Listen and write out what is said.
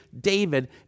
David